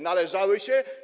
Należały się?